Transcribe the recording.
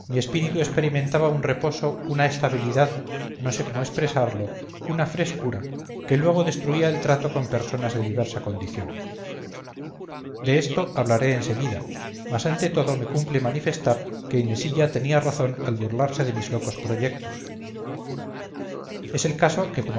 espíritu experimentaba un reposo una estabilidad no sé cómo expresarlo una frescura que luego destruía el trato con personas de diversa condición de esto hablaré en seguida mas ante todo me cumple manifestar que inesilla tenía razón al burlarse de mis locos proyectos es el caso que